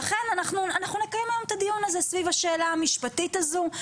לכן אנחנו מקיימים היום את הדיון הזה סביב השאלה המשפטית הזו.